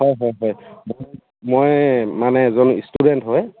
হয় হয় হয় মই মানে এজন ষ্টুডেণ্ট হয়